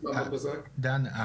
דן,